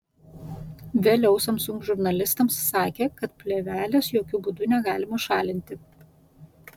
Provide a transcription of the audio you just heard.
vėliau samsung žurnalistams sakė kad plėvelės jokiu būdu negalima šalinti